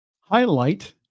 highlight